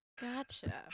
Gotcha